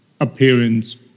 Appearance